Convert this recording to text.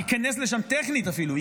ייכנס לשם טכנית אפילו,